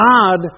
God